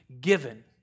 given